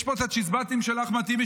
יש פה צ'יזבטים של אחמד טיבי,